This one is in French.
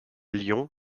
lyon